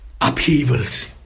upheavals